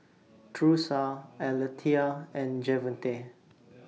Thursa Alethea and Javonte